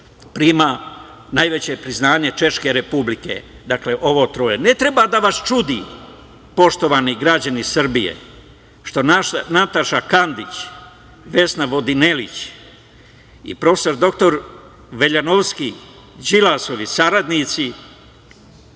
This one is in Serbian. prima najveće priznanje Češke Republike. Dakle, ovo troje. Ne treba da vas čudi, poštovani građani Srbije, što Nataša Kandić, Vesna Vodinelić i prof. dr Veljanovski, Đilasovi saradnici